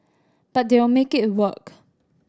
but they make it work